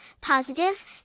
positive